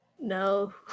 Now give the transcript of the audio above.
No